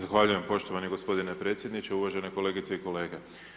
Zahvaljujem poštovani gospodine predsjedniče, uvažene kolegice i kolege.